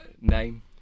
Name